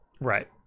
Right